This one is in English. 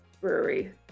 brewery